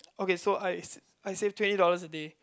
okay so I I save twenty dollars a day